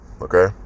okay